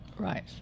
Right